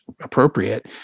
appropriate